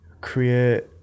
create